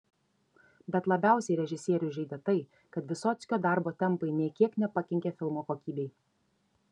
bet labiausiai režisierių žeidė tai kad vysockio darbo tempai nė kiek nepakenkė filmo kokybei